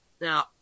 Now